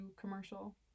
commercial